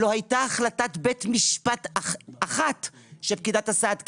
לא הייתה החלטת בית משפט אחת שפקידת הסעד קיימה.